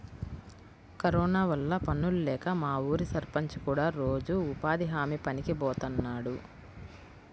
corona వల్ల పనుల్లేక మా ఊరి సర్పంచ్ కూడా రోజూ ఉపాధి హామీ పనికి బోతన్నాడు